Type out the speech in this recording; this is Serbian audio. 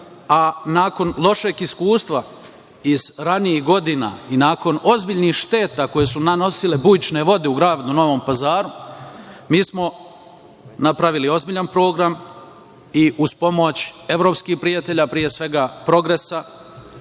gradu. Nakon lošeg iskustva iz ranijih godina i nakon ozbiljnih šteta koje su nanosile bujične vode u Gradu Novom Pazaru, mi smo napravili ozbiljan program i uz pomoć evropskih prijatelja, pre svega Progresa,